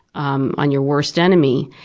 um on your worst enemy,